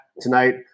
tonight